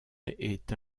est